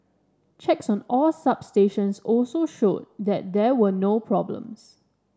checks on all substations also showed that there were no problems